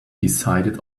decided